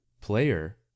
player